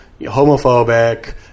homophobic